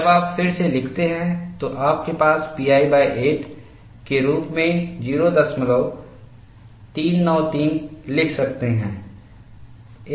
जब आप फिर से लिखते हैं तो आप इसे pi 8 के रूप में 0393 लिख सकते हैं